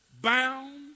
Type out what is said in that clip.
bound